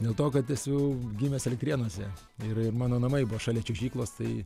dėl to kad esu gimęs elektrėnuose ir ir mano namai buvo šalia čiuožyklos tai